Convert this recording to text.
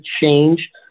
change